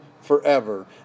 forever